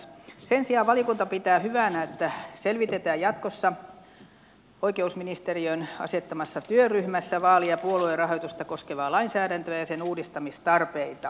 sen sijaan valiokunta pitää hyvänä että selvitetään jatkossa oikeusministeriön asettamassa työryhmässä vaali ja puoluerahoitusta koskevaa lainsäädäntöä ja sen uudistamistarpeita